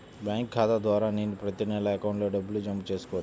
Bank ఖాతా ద్వారా నేను ప్రతి నెల అకౌంట్లో డబ్బులు జమ చేసుకోవచ్చా?